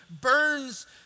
burns